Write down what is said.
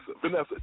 Vanessa